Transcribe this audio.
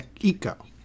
eco